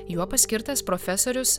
juo paskirtas profesorius